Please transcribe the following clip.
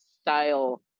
style